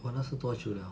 !wah! 那是多久 liao